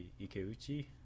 Ikeuchi